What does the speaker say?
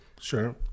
Sure